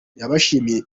yabashimiye